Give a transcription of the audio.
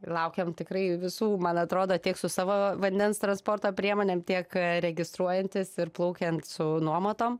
laukiam tikrai visų man atrodo tiek su savo vandens transporto priemonėm tiek registruojantis ir plaukiant su nuomatom